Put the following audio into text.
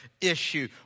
issue